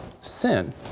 sin